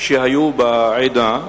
שהיו בעדה,